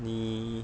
你